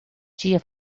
dia